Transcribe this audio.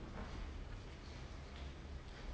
so he wouldn't have studied much and then he'll be like